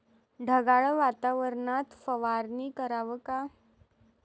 ढगाळ वातावरनात फवारनी कराव का?